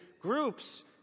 groups